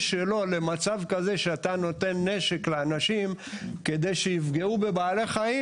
שלו למצב כזה שאתה נותן נשק לאנשים כדי שיפגעו בבעלי חיים?